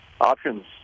options